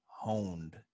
honed